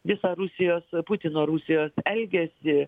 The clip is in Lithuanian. visą rusijos putino rusijos elgesį